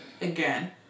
again